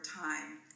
time